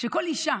כל אישה